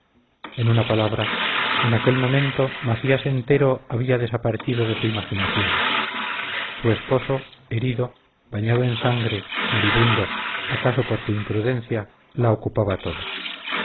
en una palabra en aquel momento macías entero había desaparecido de su imaginación su esposo herido bañado en su sangre moribundo acaso por su imprudencia la ocupaba toda